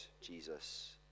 Jesus